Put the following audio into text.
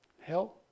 hell